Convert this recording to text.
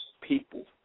people